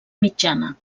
mitjana